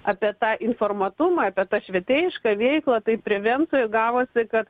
apie tą informuotumą apie tą švietėjišką veiklą taip prevencija gavosi kad